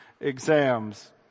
exams